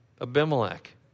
Abimelech